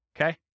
Okay